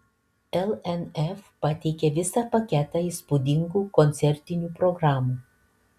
lnf pateikė visą paketą įspūdingų koncertinių programų